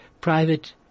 private